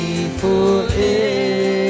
forever